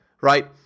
right